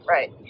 Right